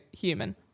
human